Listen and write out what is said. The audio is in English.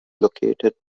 located